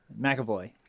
McAvoy